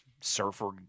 surfer